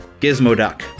Gizmoduck